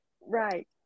Right